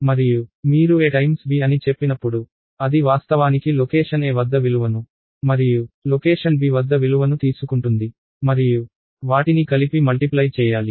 మరియు మీరు a b అని చెప్పినప్పుడు అది వాస్తవానికి లొకేషన్ a వద్ద విలువను మరియు లొకేషన్ b వద్ద విలువను తీసుకుంటుంది మరియు వాటిని కలిపి మల్టిప్లై చెయ్యాలి